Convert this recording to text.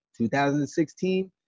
2016